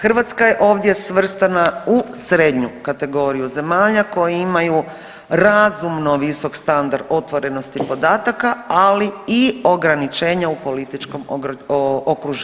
Hrvatska je ovdje svrstana u srednju kategoriju zemalja koje imaju razumno visok standard otvorenosti podataka, ali i ograničenja u političkom okruženju.